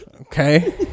Okay